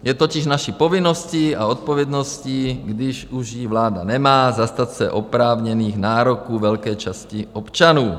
Je totiž naší povinností a odpovědností, když už ji vláda nemá, zastat se oprávněných nároků velké části občanů.